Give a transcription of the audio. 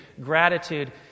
gratitude